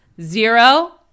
zero